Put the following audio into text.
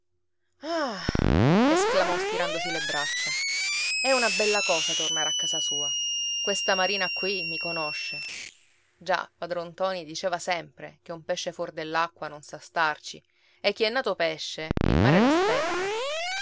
esclamò stirandosi le braccia è una bella cosa tornare a casa sua questa marina qui mi conosce già padron ntoni diceva sempre che un pesce fuori dell'acqua non sa starci e chi è nato pesce il mare